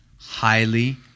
highly